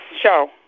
show